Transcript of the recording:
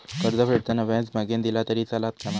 कर्ज फेडताना व्याज मगेन दिला तरी चलात मा?